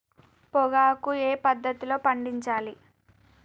పొగాకు ఏ పద్ధతిలో పండించాలి?